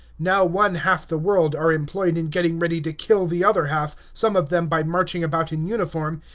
now one half the world are employed in getting ready to kill the other half, some of them by marching about in uniform,